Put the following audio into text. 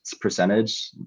percentage